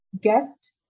guest